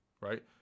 right